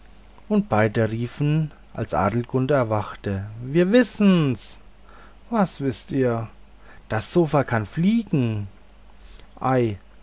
und beide riefen als adelgunde erwachte wir wissen's was wißt ihr das sofa kann fliegen